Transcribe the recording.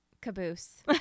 caboose